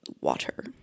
water